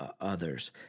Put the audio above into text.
others